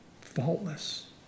faultless